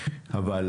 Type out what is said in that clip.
אבל